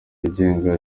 yigenga